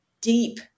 deep